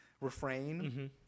refrain